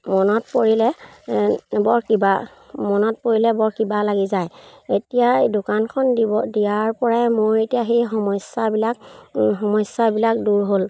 মনত পৰিলে বৰ কিবা মনত পৰিলে বৰ কিবা লাগি যায় এতিয়া এই দোকানখন দিব দিয়াৰ পৰাই মই এতিয়া সেই সমস্যাবিলাক সমস্যাবিলাক দূৰ হ'ল